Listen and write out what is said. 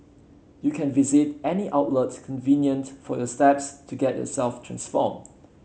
you can visit any outlet convenient for your steps to get yourself transformed